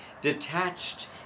detached